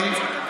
אחי,